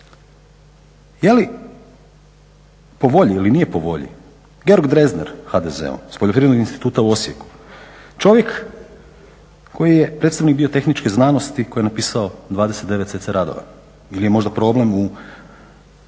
je li po volji ili nije po volji Georg Drezner HDZ-u s poljoprivrednog instituta u Osijeku, čovjek koji je bio predstavnik tehničke znanosti koji je napisao 29 cca radova ili je možda problem u